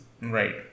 Right